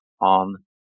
on